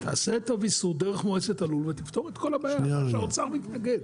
תעשה את הוויסות דרך מועצת הלול ותפתור את כל הבעיה שהאוצר מתנגד.